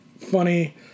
funny